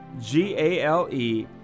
G-A-L-E